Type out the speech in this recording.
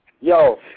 Yo